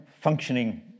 functioning